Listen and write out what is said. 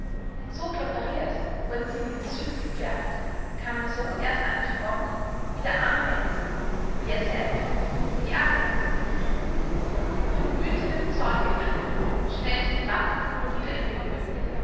so präpariert wurden sie in die züge gepfercht kamen so erst an die front wie der arme meltzar wie er selbst wie alle von wütendem zorn gepackt schnellte die wattekugel wieder in die höhe